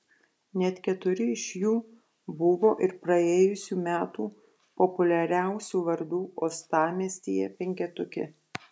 net keturi iš jų buvo ir praėjusių metų populiariausių vardų uostamiestyje penketuke